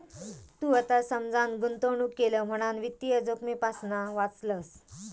तू आता समजान गुंतवणूक केलं म्हणान वित्तीय जोखमेपासना वाचलंस